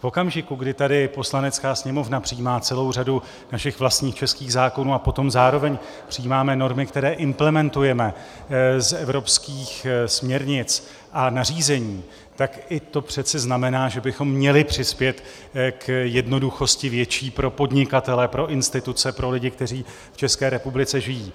V okamžiku, kdy tady Poslanecká sněmovna přijímá celou řadu našich vlastních českých zákonů a potom zároveň přijímáme normy, které implementujeme z evropských směrnic a nařízení, tak i to přece znamená, že bychom měli přispět k větší jednoduchosti pro podnikatele, pro instituce, pro lidi, kteří v ČR žijí.